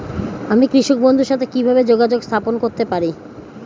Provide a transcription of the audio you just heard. আমি কৃষক বন্ধুর সাথে কিভাবে যোগাযোগ স্থাপন করতে পারি?